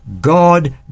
God